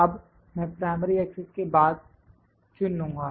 अब मैं primary access के बाद चुन लूंगा